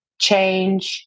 change